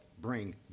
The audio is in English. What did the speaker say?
bring